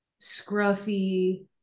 scruffy